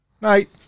Night